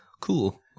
cool